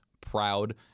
proud